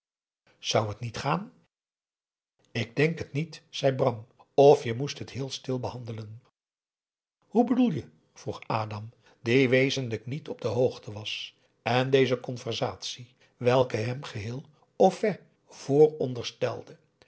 zou het niet gaan ik denk het niet zei bram of je moest het heel stil behandelen hoe bedoel je vroeg adam die wezenlijk niet op de hoogte was en deze conversatie welke hem geheel au